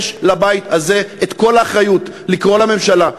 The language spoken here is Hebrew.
יש לבית הזה את כל האחריות לקרוא לממשלה,